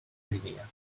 línia